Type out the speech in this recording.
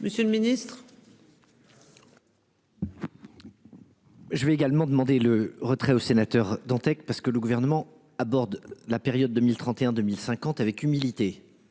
Monsieur le Ministre. Je vais également demandé le retrait au sénateur Dantec parce que le gouvernement aborde la période 2031 2050 avec humilité.